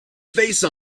face